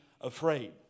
afraid